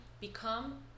become